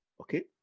okay